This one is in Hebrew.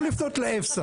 הוא לא יכול לפנות לאפס"ה.